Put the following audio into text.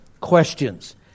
questions